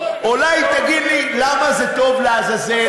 אולי תגיד לי למה זה טוב, לעזאזל?